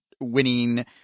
winning